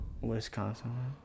Wisconsin